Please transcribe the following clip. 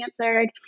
answered